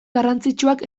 garrantzitsuak